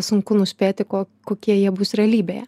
sunku nuspėti ko kokie jie bus realybėje